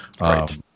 Right